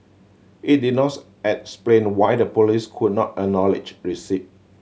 it did explain why the police could not acknowledge receipt